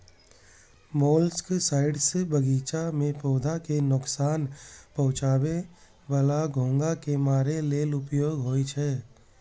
molluscicides बगीचा मे पौधा कें नोकसान पहुंचाबै बला घोंघा कें मारै लेल उपयोग होइ छै